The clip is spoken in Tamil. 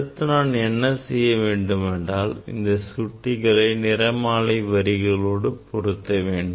அடுத்து நான் என்ன செய்ய வேண்டும் என்றால் இந்த சுட்டிகளை நிறமாலை வரிகளோடு பொருத்த வேண்டும்